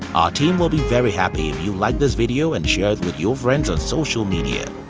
team will be very happy if you like this video and share it with your friends on social media.